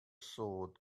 sword